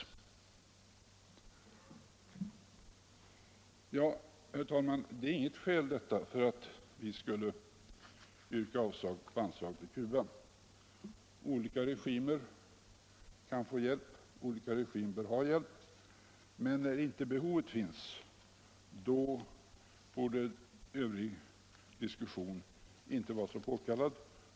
Herr talman! Detta är inte något skäl för att vi skulle yrka avslag på anslaget till Cuba. Olika regimer kan få hjälp, och olika regimer bör ha hjälp. Men när inte behovet finns torde övrig diskussion inte vara så påkallad.